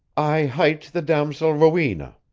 i hight the damosel rowena.